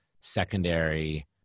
secondary